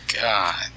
god